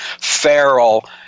feral